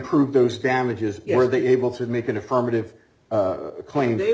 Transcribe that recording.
prove those damages were they able to make an affirmative claim they